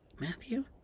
Matthew